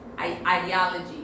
ideology